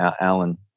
Alan